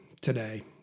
today